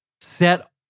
set